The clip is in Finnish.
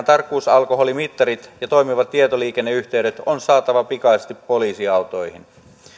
tarkkuusalkoholimittarit ja toimivat tietoliikenneyhteydet on saatava pikaisesti poliisiautoihin